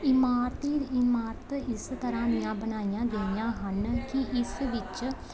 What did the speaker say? ਇਮਾਰਤੀ ਇਮਾਰਤ ਇਸ ਤਰ੍ਹਾਂ ਦੀਆਂ ਬਣਾਈਆਂ ਗਈਆਂ ਹਨ ਕਿ ਇਸ ਵਿੱਚ